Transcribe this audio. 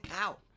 out